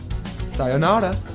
Sayonara